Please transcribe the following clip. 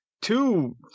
Two